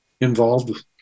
involved